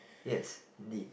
yes indeed